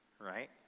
right